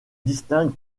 distingue